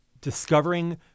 discovering